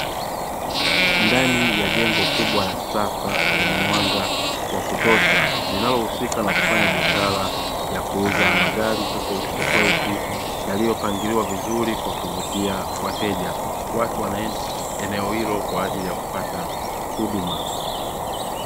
Ndani ya jengo kubwa la kisasa lenye mwanga wa kutosha linalohusika na kufanya biashara ya kuuza magari tofautitofauti yaliyopangiliwa vizuri kwa kuvutia wateja, watu wanaenda eneo hilo kwa ajili ya kupata huduma.